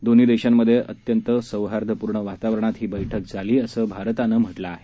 दोन्ही देशांमध्ये अत्यंत सौहार्दपूर्ण वातावरणात ही बैठक झाली असं भारतानं म्हटलं आहे